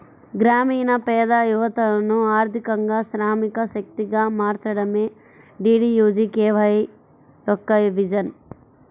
గ్రామీణ పేద యువతను ఆర్థికంగా శ్రామిక శక్తిగా మార్చడమే డీడీయూజీకేవై యొక్క విజన్